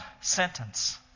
sentence